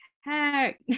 heck